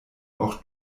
auch